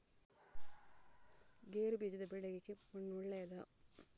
ಗೇರುಬೀಜದ ಬೆಳೆಗೆ ಕೆಂಪು ಮಣ್ಣು ಒಳ್ಳೆಯದಾ?